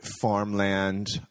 farmland